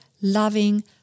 loving